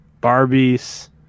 Barbies